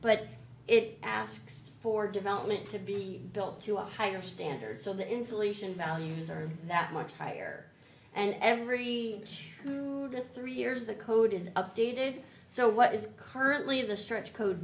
but it asks for development to be built to a higher standard so the insulation values are that much higher and every three years the code is updated so what is currently the stretch code